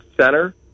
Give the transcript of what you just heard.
center